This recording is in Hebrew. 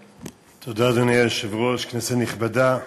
תודה, אדוני היושב-ראש, כנסת נכבדה.